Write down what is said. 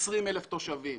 20,000 תושבים